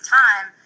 time